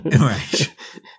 right